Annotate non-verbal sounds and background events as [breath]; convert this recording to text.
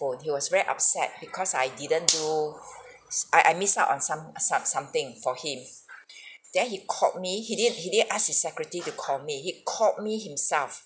he was very upset because I didn't do s~ I I miss out on some some~ something for him [breath] then he called me he didn't he didn't ask his secretary to call me he called me himself